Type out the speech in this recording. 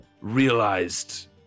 realized